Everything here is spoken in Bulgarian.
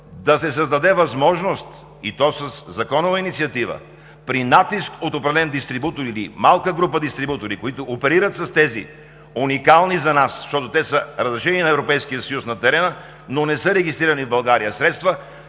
да се създаде възможност, и то със законова инициатива, при натиск от определен дистрибутор или малка група дистрибутори, които оперират с тези уникални за нас средства, защото те са разрешени на терена на Европейския съюз, но не са регистрирани в България – тези средства,